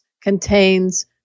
contains